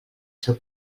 seu